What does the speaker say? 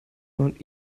und